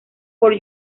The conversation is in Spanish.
por